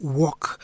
walk